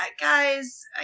guys